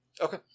Okay